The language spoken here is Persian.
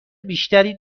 بیشتری